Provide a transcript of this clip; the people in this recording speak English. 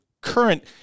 current